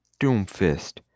Doomfist